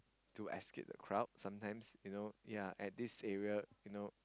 to escape the crowd sometimes you know yea at this area you know